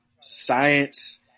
science